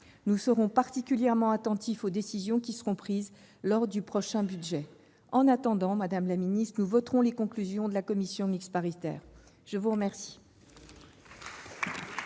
nous serons particulièrement attentifs aux décisions qui seront prises lors du prochain budget. En attendant, nous voterons les conclusions de la commission mixte paritaire. La parole